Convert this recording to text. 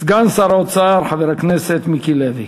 סגן שר האוצר, חבר הכנסת מיקי לוי.